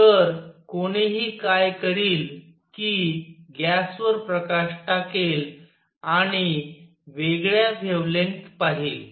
तर कोणीही काय करील कि गॅसवर प्रकाश टाकेल आणि आणि वेगळ्या वेव्हलेंग्थस पाहिल